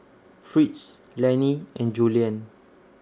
Fritz Lennie and Julianne